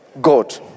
god